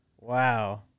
wow